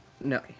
No